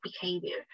behavior